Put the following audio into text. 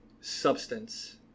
substance